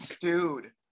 Dude